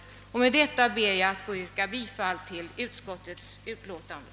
Med detta yrkar jag bifall till utskottets hemställan.